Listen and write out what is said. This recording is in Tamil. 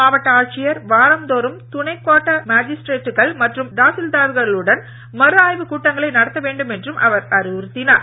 மாவட்ட ஆட்சியர் வாரந்தோறும் துணை கோட்ட மாஜிஸ்டிரேட்டுகள் மற்றும் தாசில்தார்களுடன் மறுஆய்வு கூட்டங்களை நடத்த வேண்டும் என்றும் அவர் அறிவுறுத்தினார்